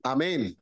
Amen